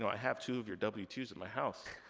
i have two of your w two s at my house.